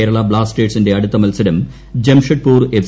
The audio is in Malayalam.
കേരള ബ്ലാസ്റ്റേഴ്സിന്റെ അടുത്ത മൽസരം ജംഷഡ്പൂർ എഫ്